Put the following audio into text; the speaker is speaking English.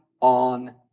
on